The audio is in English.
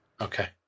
Okay